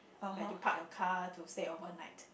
where you park your car to stay overnight